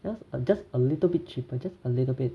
just just a little bit cheap just a little bit